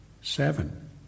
seven